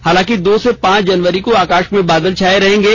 हालांकि दो से पांच जनवरी को आकाश में बादल छाये रहेंगे